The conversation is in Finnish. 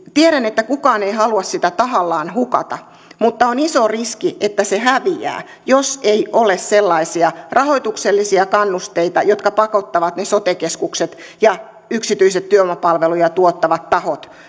tiedän että kukaan ei halua tätä konseptia tahallaan hukata mutta on iso riski että se häviää jos ei ole sellaisia rahoituksellisia kannusteita jotka pakottavat ne sote keskukset ja yksityiset työvoimapalveluja tuottavat tahot